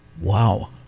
Wow